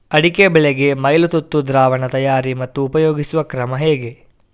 ಅಡಿಕೆ ಬೆಳೆಗೆ ಮೈಲುತುತ್ತು ದ್ರಾವಣ ತಯಾರಿ ಮತ್ತು ಉಪಯೋಗಿಸುವ ಕ್ರಮ ಹೇಗೆ?